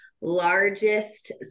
largest